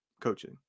coaching